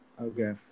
Okay